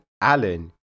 Alan